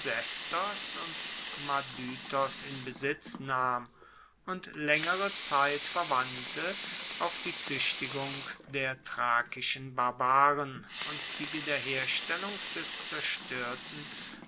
und madytos in besitz nahm und laengere zeit verwandte auf die zuechtigung der thrakischen barbaren und die wiederherstellung des zerstoerten